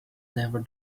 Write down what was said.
never